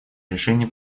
решения